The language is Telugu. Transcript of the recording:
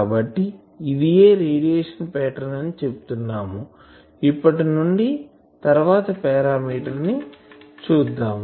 కాబట్టి ఇదియే రేడియేషన్ పాటర్న్ అని చెప్తున్నాము ఇప్పటి నుండి తరువాత పారామీటర్ ని చూద్దాం